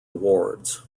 awards